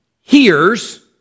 hears